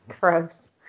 gross